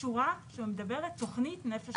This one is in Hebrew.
שורה שמדברת תוכנית "נפש אחת".